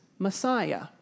Messiah